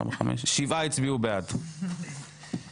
הישיבה ננעלה בשעה 09:30.